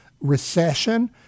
recession